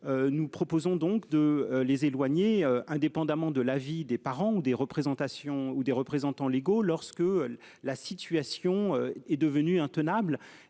Nous proposons donc de les éloigner indépendamment de l'avis des parents ou des représentations ou des représentants légaux lorsque la situation est devenue intenable